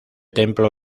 templo